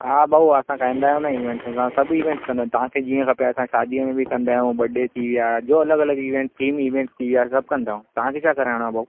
हा भाउ असां कंदा आहियूं न इवेंट्स असां सभु इवेंट्स कंदायूं तव्हां खे जीअं खपे असां शादीअ में बि कंदा आहियूं बर्डे थी विया जो अलॻि अलॻि इवेंट्स थीम इवेंट्स थी विया असां सभु कंदा आहियूं तव्हां खे छा कराइणो आहे भाउ